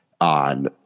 on